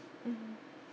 mm